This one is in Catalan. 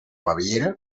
baviera